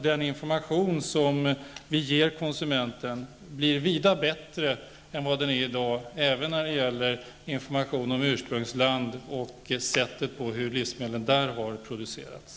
Den information som vi ger konsumenten bör bli vida bättre än i dag, även när det gäller information om ursprungsland och det sätt på vilket livsmedlen där har producerats.